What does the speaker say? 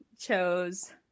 chose